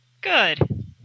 Good